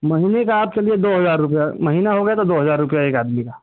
महीने का आप चलिए दो हजार रुपये महीना हो गया तो दो हजार रुपये एक आदमी का